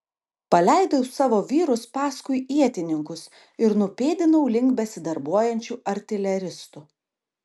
paleidau savo vyrus paskui ietininkus ir nupėdinau link besidarbuojančių artileristų